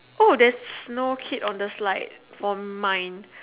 oh there's no kid on the slide for mine